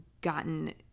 gotten